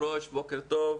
אדוני היושב ראש, בוקר טוב.